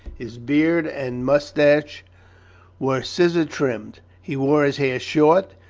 his beard and mustache were scissors-trimmed he wore his hair short,